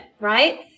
right